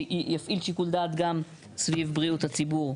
שיפעיל שיקול דעת גם סביב בריאות הציבור.